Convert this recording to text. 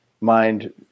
mind